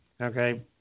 Okay